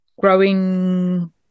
growing